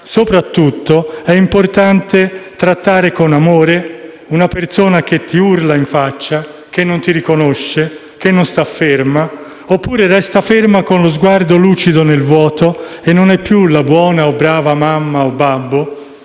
Soprattutto, è importante trattare con amore una persona che ti urla in faccia, che non ti riconosce, che non sta ferma oppure che resta ferma con lo sguardo lucido nel vuoto e che non è più la buona o brava mamma o babbo,